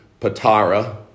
Patara